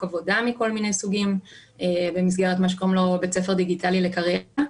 העבודה במסגרת בית ספר דיגיטלי לקריירה,